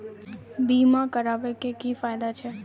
बीमा कराबै के की फायदा छै?